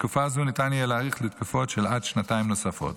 ותקופה זו ניתן יהיה להאריך לתקופות של עד שנתיים נוספות.